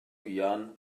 fuan